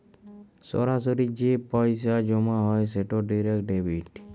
সরাসরি যে পইসা জমা হ্যয় সেট ডিরেক্ট ডেবিট